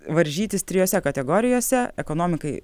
varžytis trijose kategorijose ekonomikai